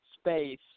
space